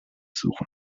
suchen